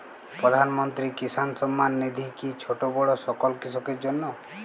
প্রধানমন্ত্রী কিষান সম্মান নিধি কি ছোটো বড়ো সকল কৃষকের জন্য?